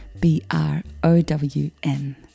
B-R-O-W-N